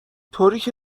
طوریکه